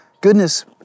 Goodness